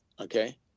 okay